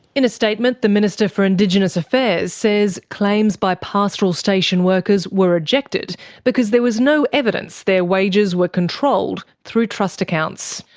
in a statement, the minister for indigenous affairs says claims by pastoral station workers were rejected because there was no evidence their wages were controlled through trust accounts.